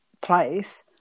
place